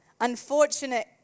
unfortunate